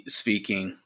speaking